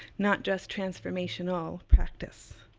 not just transformational practice.